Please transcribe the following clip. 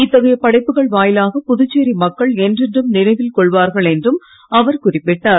இத்தகைய படைப்புகள் வாயிலாக புதுச்சேரி மக்கள் என்றென்றும் நினைவில் கொள்வார்கள் என்றும் அவர் குறிப்பிட்டார்